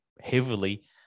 heavily